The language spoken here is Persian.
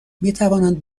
میتوانند